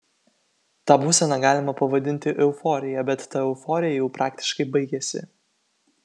tą būseną galima pavadinti euforija bet ta euforija jau praktiškai baigėsi